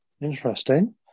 interesting